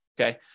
Okay